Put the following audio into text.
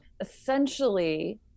Essentially